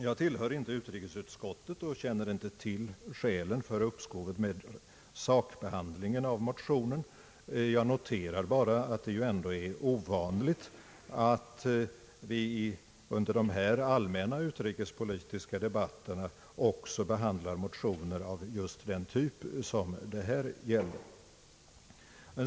Jag tillhör inte utrikesutskottet och känner inte till skälen för upp skovet med sakbehandlingen av motionen, Jag noterar bara att det ju är ovanligt att vi under dessa allmänna utrikespolitiska debatter också behandlar motioner av just den typ det här gäller.